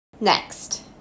Next